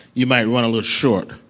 you might run a little short.